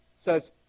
Says